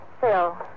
Phil